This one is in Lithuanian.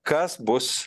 kas bus